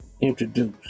introduce